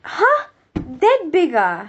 !huh! that big ah